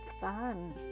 fun